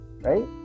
right